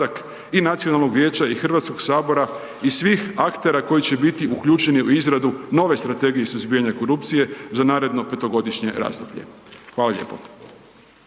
Hvala lijepo.